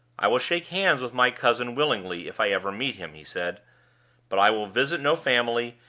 i will shake hands with my cousin willingly if i ever meet him, he said but i will visit no family,